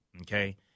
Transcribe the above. okay